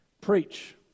Preach